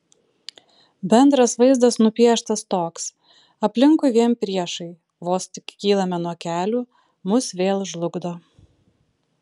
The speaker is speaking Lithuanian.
bendras vaizdas nupieštas toks aplinkui vien priešai vos tik kylame nuo kelių mus vėl žlugdo